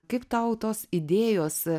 kaip tautos idėjos